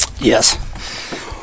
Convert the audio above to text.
Yes